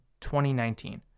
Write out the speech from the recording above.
2019